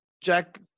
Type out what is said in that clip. Jack